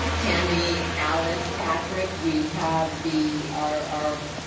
tammy alice, patrick, we have the, our